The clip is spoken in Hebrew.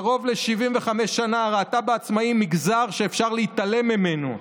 קרוב ל-75 שנה ראתה בעצמאים מגזר שאפשר להתעלם ממנו,